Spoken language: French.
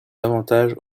davantage